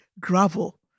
gravel